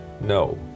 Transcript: no